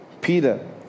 Peter